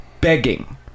begging